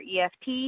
EFT